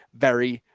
very,